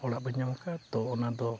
ᱚᱲᱟᱜ ᱵᱟᱹᱧ ᱧᱟᱢ ᱟᱠᱟᱫᱼᱟ ᱛᱚ ᱚᱱᱟ ᱫᱚ